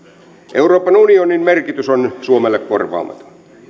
euroopan unionin merkitys on suomelle korvaamaton